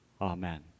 Amen